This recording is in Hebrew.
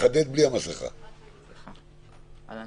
אני